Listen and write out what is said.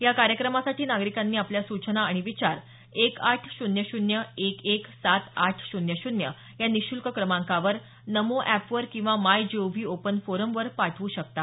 या कायंक्रमासाठी नागरिक आपल्या सूचना आणि विचार एक आठ शून्य शून्य एक एक सात आठ शून्य शून्य या निशुल्क क्रमांकावर नमो एप वर किंवा माय जीओव्ही ओपन फोरमवर पाठव् शकतात